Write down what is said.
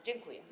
Dziękuję.